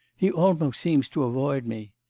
he almost seems to avoid me.